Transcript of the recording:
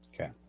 Okay